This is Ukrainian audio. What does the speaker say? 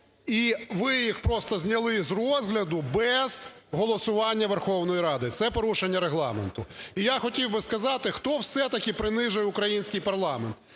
І ви їх просто зняли з розгляду без голосування Верховної Ради, це порушення Регламенту. І я хотів би сказати, хто все-таки принижує український парламент,